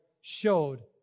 showed